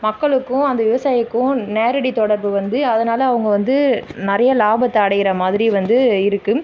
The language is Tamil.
மக்களுக்கும் அந்த விவசாயிக்கும் நேரடி தொடர்பு வந்து அதனால் அவங்க வந்து நிறையா லாபத்தை அடையுற மாதிரி வந்து இருக்கு